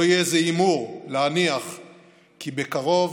לא יהיה זה הימור להניח כי בקרוב